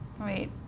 wait